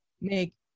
make